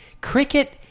Cricket